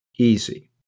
easy